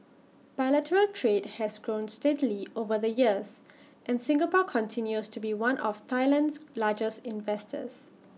bilateral trade has grown steadily over the years and Singapore continues to be one of Thailand's largest investors